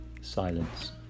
Silence